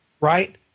Right